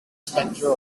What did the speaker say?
specter